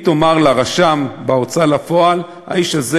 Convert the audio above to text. היא תאמר לרשם בהוצאה לפועל: האיש הזה